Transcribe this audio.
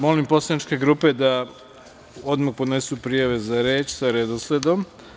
Molim poslaničke grupe da odmah podnesu prijave za reč sa redosledom.